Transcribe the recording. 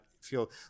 feel